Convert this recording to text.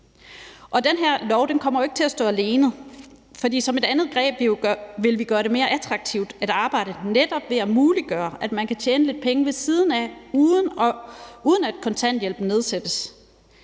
Den her lov kommer jo ikke til at stå alene, for som et andet greb vil vi gøre det mere attraktivt at arbejde netop ved at muliggøre, at man kan tjene lidt penge ved siden af, uden at kontanthjælpen nedsættes.